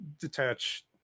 detach